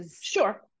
Sure